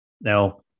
Now